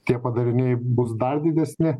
tie padariniai bus dar didesni